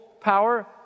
power